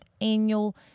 annual